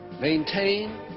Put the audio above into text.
maintain